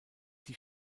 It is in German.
die